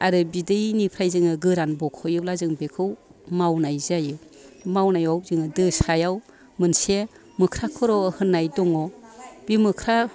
आरो बिदैनिफ्राय जोङो गोरान बख'योब्ला जों बेखौ मावनाय जायो मावनायाव जोङो दो सायाव मोनसे मोख्रा खर' होननाय दङ बे मोख्रा